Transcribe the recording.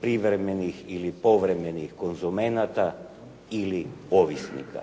privremenih ili povremenih konzumenata ili ovisnika.